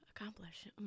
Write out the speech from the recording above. Accomplish